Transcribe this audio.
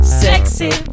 sexy